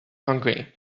hungry